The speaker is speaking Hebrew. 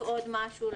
להוסיף עוד משהו.